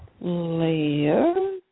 layer